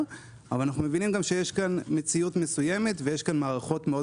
אבל אנו מבינים שיש פה מציאות מסוימת ויש פה מערכות מאוד